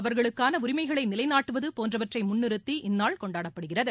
அவர்களுக்கான உரிமைகளை நிலைநாட்டுவது போன்றவற்றை முன் நிறுத்தி இந்நாள் கொண்டாடப்படுகிறது